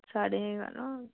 ସାଡ଼େ ଏଗାର